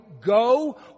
go